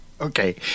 Okay